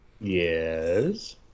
Yes